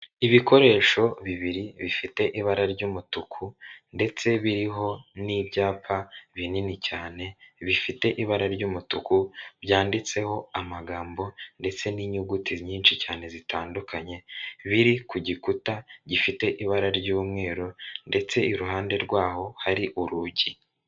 Ibikoresho bibiri bifite ibara ry'umutuku ndetse biriho n'ibyapa binini cyane bifite ibara ry'umutuku byanditseho amagambo ndetse n'inyuguti nyinshi cyane zitandukanye, biri ku gikuta gifite ibara ry'umweru ndetse iruhande rwaho hari urugi.